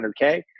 100k